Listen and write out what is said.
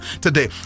today